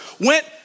went